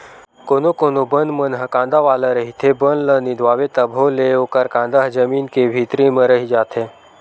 कोनो कोनो बन मन ह कांदा वाला रहिथे, बन ल निंदवाबे तभो ले ओखर कांदा ह जमीन के भीतरी म रहि जाथे